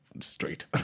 straight